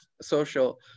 social